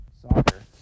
Soccer